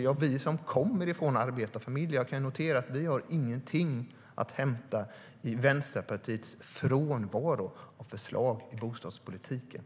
Ja, jag kan notera att vi som kommer från arbetarfamiljer inte har någonting att hämta i Vänsterpartiets frånvaro av förslag i bostadspolitiken.